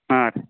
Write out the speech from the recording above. ಹಾಂ ರೀ